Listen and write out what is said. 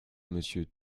monsieur